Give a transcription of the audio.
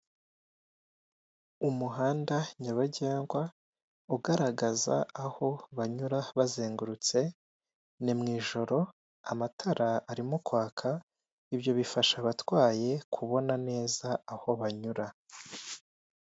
Umuhanda nyabagendwa ugaragaza aho banyura bazengurutse nimwijoro amatara arimo kwaka, ibyo bifasha abatwaye kubona neza aho banyura.